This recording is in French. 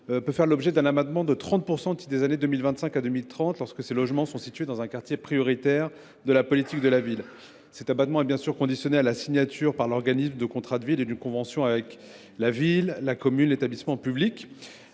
peut faire l’objet d’un abattement de 30 % au titre des années 2025 à 2030 lorsque ces logements sont situés dans un quartier prioritaire de la politique de la ville. Cet abattement est conditionné à la signature par l’organisme d’un contrat de ville et d’une convention, annexée audit contrat et conclue avec la commune, l’établissement public